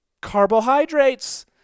carbohydrates